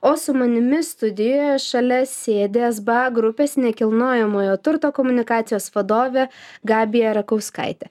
o su manimi studijoje šalia sėdi sba grupės nekilnojamojo turto komunikacijos vadovė gabija rakauskaitė